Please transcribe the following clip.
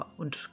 und